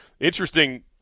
interesting